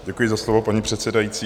Děkuji za slovo, paní předsedající.